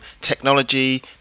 technology